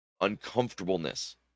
uncomfortableness